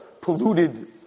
polluted